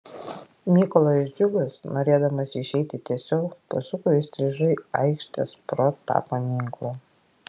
mykolas džiugas norėdamas išeiti tiesiau pasuko įstrižai aikštės pro tą paminklą